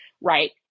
right